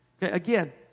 Again